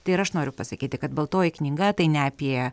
tai ir aš noriu pasakyti kad baltoji knyga tai ne apie